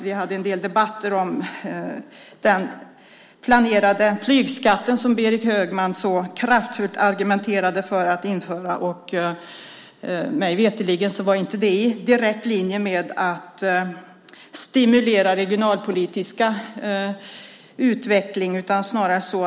Vi hade en del debatter om den planerade flygskatten, som Berit Högman kraftfullt argumenterade för att införa. Mig veterligen var det inte direkt i linje med att stimulera regionalpolitisk utveckling.